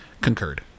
Concurred